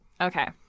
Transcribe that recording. Okay